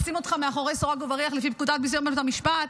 לשים אותך מאחורי סורג ובריח לפי פקודת ביזיון בית המשפט?